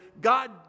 God